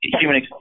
human